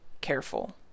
careful